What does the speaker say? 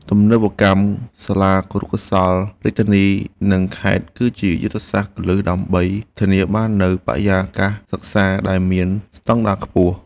ទំនើបកម្មសាលាគរុកោសល្យរាជធានីនិងខេត្តគឺជាយុទ្ធសាស្ត្រគន្លឹះដើម្បីធានាបាននូវបរិយាកាសសិក្សាដែលមានស្តង់ដារខ្ពស់។